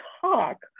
talk